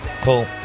Cool